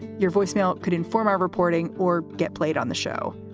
your voicemail could inform our reporting or get played on the show.